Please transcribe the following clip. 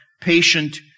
patient